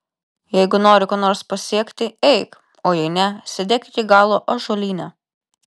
jeigu nori ko nors pasiekti eik o jei ne sėdėk iki galo ąžuolyne